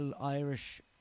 Irish